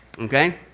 okay